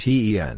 T-E-N